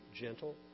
gentle